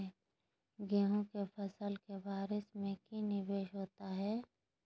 गेंहू के फ़सल के बारिस में की निवेस होता है?